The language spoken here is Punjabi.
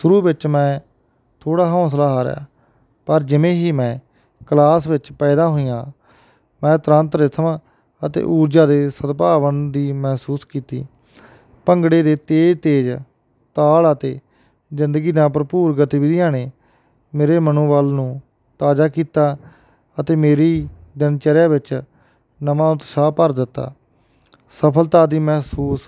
ਸ਼ੁਰੂ ਵਿੱਚ ਮੈਂ ਥੋੜਾ ਹੌਸਲਾ ਹਾਰਿਆ ਪਰ ਜਿਵੇਂ ਹੀ ਮੈਂ ਕਲਾਸ ਵਿੱਚ ਪੈਦਾ ਹੋਈਆਂ ਮੈਂ ਤੁਰੰਤ ਰਿਥਮ ਅਤੇ ਊਰਜਾ ਦੇ ਸਦਭਾਵਨ ਦੀ ਮਹਿਸੂਸ ਕੀਤੀ ਭੰਗੜੇ ਦੇ ਤੇਜ਼ ਤੇਜ਼ ਤਾਲ ਅਤੇ ਜ਼ਿੰਦਗੀ ਦਾ ਭਰਪੂਰ ਗਤੀਵਿਧੀਆਂ ਨੇ ਮੇਰੇ ਮਨੋਵਲ ਨੂੰ ਤਾਜ਼ਾ ਕੀਤਾ ਅਤੇ ਮੇਰੀ ਦਿਨਚਰਿਆ ਵਿੱਚ ਨਵਾਂ ਉਤਸਾਹ ਭਰ ਦਿੱਤਾ ਸਫਲਤਾ ਦੀ ਮਹਿਸੂਸ